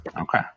Okay